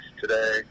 today